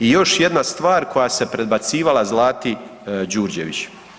I još jedna stvar koja se predbacivala Zlati Đurđević.